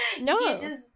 No